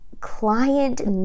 client